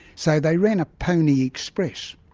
so they ran a pony express.